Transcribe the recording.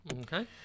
Okay